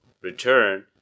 return